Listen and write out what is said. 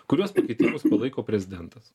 kuriuos pakeitimus palaiko prezidentas